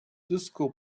disco